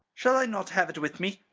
shall i not have it with me?